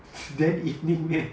then evening meh